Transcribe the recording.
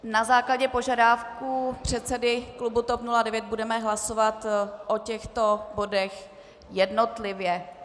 Na základě požadavku předsedy klubu TOP 09 budeme hlasovat o těchto bodech jednotlivě.